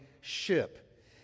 ship